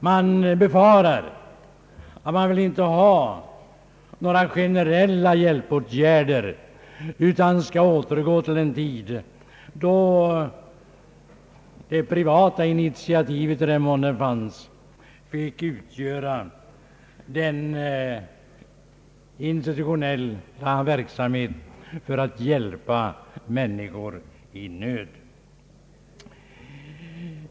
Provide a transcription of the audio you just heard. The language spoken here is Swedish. Man kan befara att reservanterna inte vill ha några generella hjälpåtgärder utan vill återgå till en tid då det privata initiativet, i den mån det fanns, fick utgöra den institutionella verksamheten för att hjälpa människor i nöd.